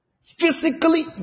Physically